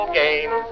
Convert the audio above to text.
game